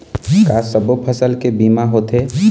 का सब्बो फसल के बीमा होथे?